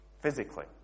physically